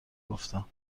گفتم